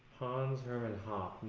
hans herman hoppe?